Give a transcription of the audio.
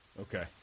Okay